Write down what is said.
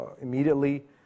immediately